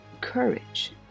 courage